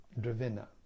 Dravina